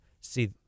see